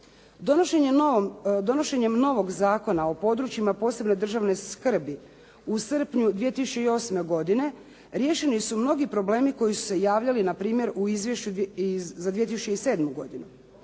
Donošenjem novog Zakona o područjima posebne državne skrbi u srpnju 2008. godine riješeni su mnogi problemi koji su se javljali na primjer u Izvješću za 2007. godinu.